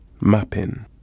mapping